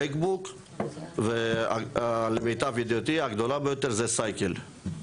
בק בוק ולמיטב ידיעתי הגדולה ביותר זה סייקל.